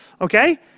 Okay